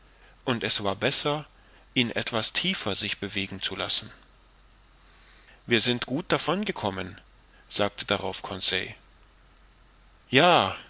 und es war besser ihn etwas tiefer sich bewegen zu lassen wir sind gut davon gekommen sagte darauf conseil ja